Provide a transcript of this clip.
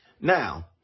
Now